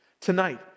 Tonight